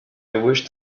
wished